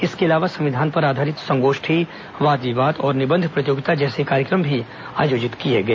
इसके अलावा संविधान पर आधारित संगोष्ठी वाद विवाद और निबंध प्रतियोगिता जैसे कार्यक्रम भी आयोजित किए गए